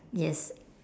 yes